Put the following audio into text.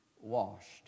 washed